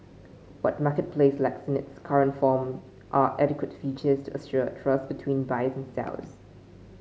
what marketplace lacks in its current form are adequate features to assure trust between buyers and sellers